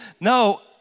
No